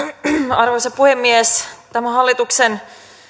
arvoisa puhemies tämän hallituksen